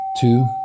Two